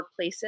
Workplaces